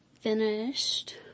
finished